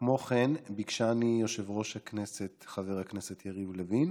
כמו כן ביקשני יושב-ראש הכנסת חבר הכנסת יריב לוין